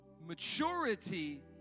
Maturity